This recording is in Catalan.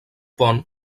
pont